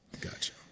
Gotcha